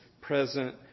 present